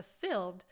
fulfilled